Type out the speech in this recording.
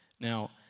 Now